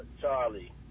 Charlie